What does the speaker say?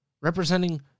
representing